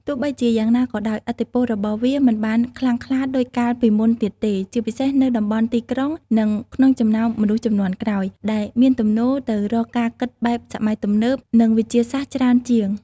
ទោះបីជាយ៉ាងណាក៏ដោយ ឥទ្ធិពលរបស់វាមិនបានខ្លាំងក្លាដូចកាលពីមុនទៀតទេ ជាពិសេសនៅតំបន់ទីក្រុង និងក្នុងចំណោមមនុស្សជំនាន់ក្រោយ ដែលមានទំនោរទៅរកការគិតបែបសម័យទំនើប និងវិទ្យាសាស្ត្រច្រើនជាង។